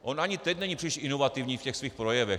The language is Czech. On ani teď není příliš inovativní v těch svých projevech.